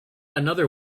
another